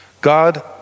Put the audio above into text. God